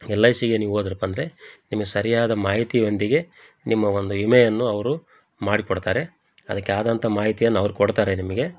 L I ಸಿಗೆ ನೀವು ಹೋದ್ರಪ್ಪಂದ್ರೆ ನಿಮಗೆ ಸರಿಯಾದ ಮಾಹಿತಿಯೊಂದಿಗೆ ನಿಮ್ಮ ಒಂದು ವಿಮೆಯನ್ನು ಅವರು ಮಾಡಿಕೊಡ್ತಾರೆ ಅದಕ್ಕೇ ಆದಂಥ ಮಾಹಿತಿಯನ್ನು ಅವ್ರು ಕೊಡ್ತಾರೆ ನಿಮಗೆ